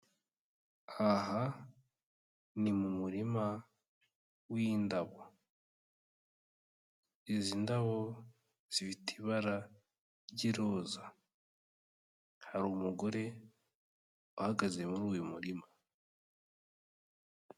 Aha ni mu muririma w'indabo. Izi ndabo zifite ibara ry'i roza. Hari umugore uhagaze muri uyu murima.